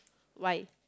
why